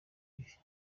yves